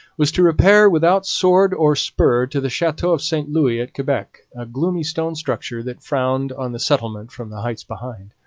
was to repair without sword or spur to the chateau of st louis at quebec, a gloomy stone structure that frowned on the settlement from the heights behind.